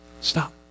Stop